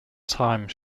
time